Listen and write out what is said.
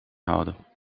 houden